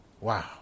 Wow